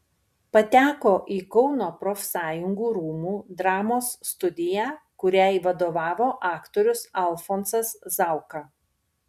pateko į kauno profsąjungų rūmų dramos studiją kuriai vadovavo aktorius alfonsas zauka